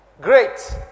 great